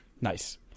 Nice